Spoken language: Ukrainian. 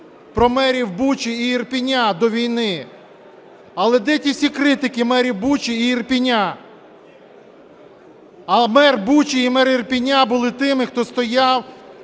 про мерів Бучі і Ірпеня до війни. Але де ті всі критики мерів Бучі і Ірпеня? А мер Бучі і мер Ірпеня були тими, хто стояв